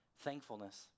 thankfulness